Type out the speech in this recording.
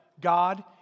God